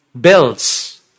bills